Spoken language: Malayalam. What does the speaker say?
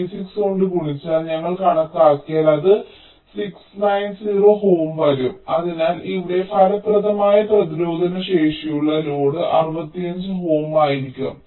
36 കൊണ്ട് ഗുണിച്ചാൽ ഞങ്ങൾ കണക്കാക്കിയാൽ അത് 690 ohm വരും അതിനാൽ ഇവിടെ ഫലപ്രദമായ പ്രതിരോധശേഷിയുള്ള ലോഡ് 65 ohm ആയിരിക്കും